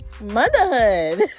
motherhood